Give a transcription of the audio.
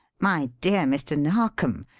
my dear mr. narkom,